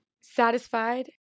satisfied